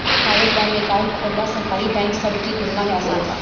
private bank में account खोलल सरकारी बैंक सब के तुलना में आसान बा